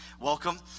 welcome